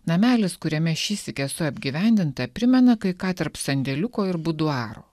namelis kuriame šįsyk esu apgyvendinta primena kai ką tarp sandėliuko ir buduaro